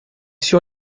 sur